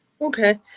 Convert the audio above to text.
Okay